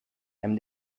hem